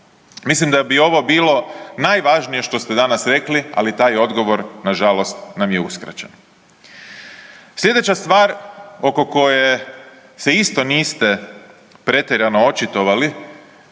Mislim da bi ovo bilo najvažnije što ste danas rekli, ali taj odgovor nažalost nam je uskraćen. Slijedeća stvar oko koje se isto niste pretjerano očitovali,